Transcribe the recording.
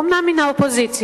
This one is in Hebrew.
אומנם מן האופוזיציה,